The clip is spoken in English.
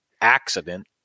accident